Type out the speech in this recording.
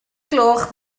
gloch